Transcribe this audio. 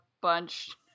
bunch